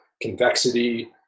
convexity